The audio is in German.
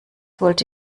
wollte